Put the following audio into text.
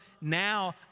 now